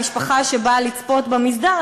המשפחה שבאה לצפות במסדר.